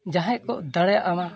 ᱡᱟᱦᱟᱸᱭ ᱠᱚ ᱫᱟᱲᱮᱭᱟᱜ ᱚᱱᱟ